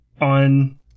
on